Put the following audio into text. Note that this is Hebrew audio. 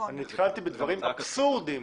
נתקלתי בדברים אבסורדים.